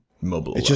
mobile